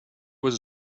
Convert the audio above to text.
was